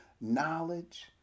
knowledge